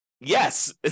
yes